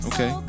Okay